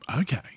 Okay